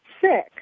sick